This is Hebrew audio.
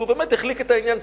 כי הוא באמת החליק את העניין,